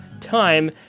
time